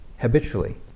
habitually